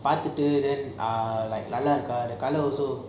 பாத்துட்டு:paathutu then ah நல்ல இருக்க:nalla iruka colour also then